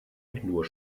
nur